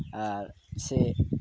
ᱟᱨ ᱥᱮ